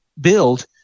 build